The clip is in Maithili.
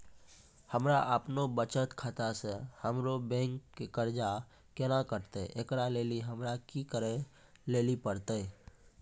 हमरा आपनौ बचत खाता से हमरौ बैंक के कर्जा केना कटतै ऐकरा लेली हमरा कि करै लेली परतै?